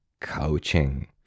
coaching